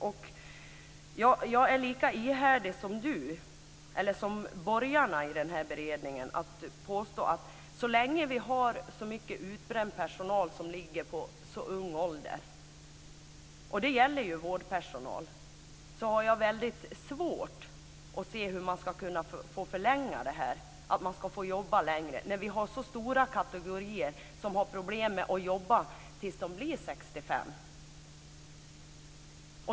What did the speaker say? Jag är lika ihärdig som borgarna i den här beredningen att påstå att så länge som vi har så mycket utbränd personal i så låg ålder, och det gäller vårdpersonal, är det väldigt svårt att se hur det ska kunna förlängas så att man får jobba längre. Vi har så stora kategorier som har problem med att jobba tills de blir 65.